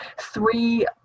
three